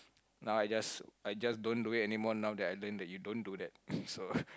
now I just I just don't it anymore now that I learn that you don't do that so